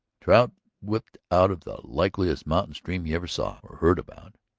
trout whipped out of the likeliest mountain-stream you ever saw or heard about.